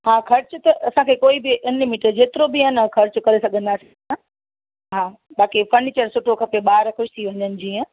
हा ख़र्च त असांखे कोई बि अनलिमिटेड जेतिरो बि आहे न ख़र्चु करे सघंदासीं असां हा बाक़ी फर्नीचर सुठो खपे ॿार ख़ुशि थी वञनि जीअं